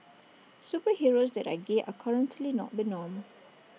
superheroes that are gay are currently not the norm